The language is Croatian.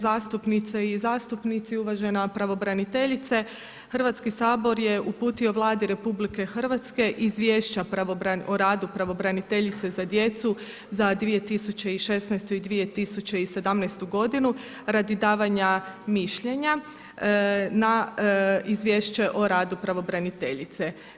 zastupnice i zastupnici, uvažena pravobraniteljice, Hrvatski sabor je uputio Vladi RH, izvješća o radu Pravobraniteljice za djecu za 2016. i 2017. g. radi davanja mišljenja na izvješća o radu pravobraniteljice.